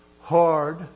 hard